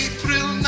April